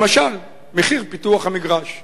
למשל מחיר פיתוח המגרש.